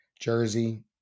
Jersey